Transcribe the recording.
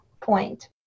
point